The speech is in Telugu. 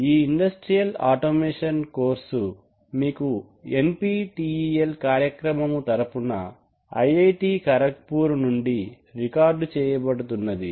ఈ ఇండస్ట్రియల్ ఆటోమేషన్ కోర్సు మీకు N P T E L కార్యక్రమము తరపున ఐఐటి ఖరగ్ పూర్ నుంచి రికార్డు చేయబడుతున్నది